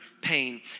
pain